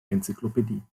enzyklopädie